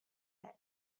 legs